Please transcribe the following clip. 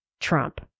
Trump